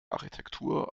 architektur